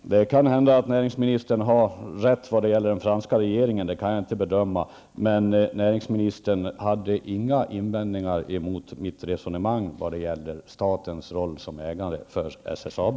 Herr talman! Det kan hända att näringsministern har rätt när det gäller den franska regeringen, det kan jag inte bedöma, men näringsministern hade inga invändningar mot mitt resonemang vad gällde statens roll som ägare för SSAB.